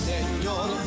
Señor